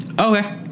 Okay